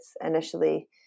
initially